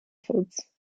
foods